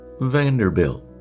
Vanderbilt